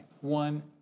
one